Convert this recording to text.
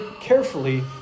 carefully